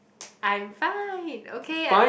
I'm fine okay